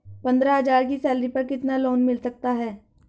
पंद्रह हज़ार की सैलरी पर कितना लोन मिल सकता है?